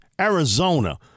Arizona